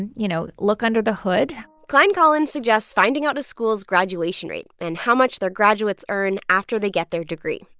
and you know, look under the hood klein-collins suggests finding out a school's graduation rate and how much their graduates earn after they get their degree.